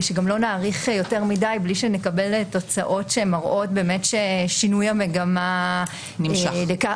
שגם לא נאריך יותר מדי בלי שנקבל תוצאות שמראות ששינוי המגמה נמשך.